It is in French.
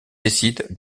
décide